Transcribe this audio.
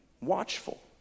watchful